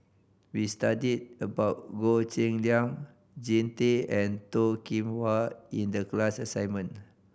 we studied about Goh Cheng Liang Jean Tay and Toh Kim Hwa in the class assignment